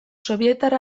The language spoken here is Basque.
sobietar